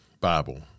Bible